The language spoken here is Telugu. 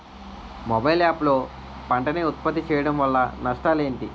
మొబైల్ యాప్ లో పంట నే ఉప్పత్తి చేయడం వల్ల నష్టాలు ఏంటి?